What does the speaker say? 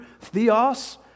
theos